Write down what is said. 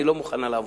אני לא מוכנה לעבוד.